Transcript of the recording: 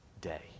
day